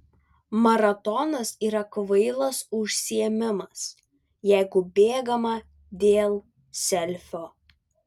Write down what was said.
maratonas yra kvailas užsiėmimas jeigu bėgama dėl selfio